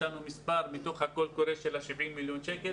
לנו מספר מתוך הקול קורא של ה-70 מיליון שקלים,